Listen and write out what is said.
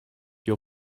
your